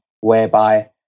whereby